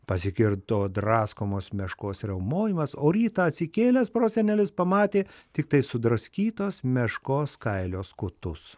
pasigirdo draskomos meškos riaumojimas o rytą atsikėlęs prosenelis pamatė tiktai sudraskytos meškos kailio skutus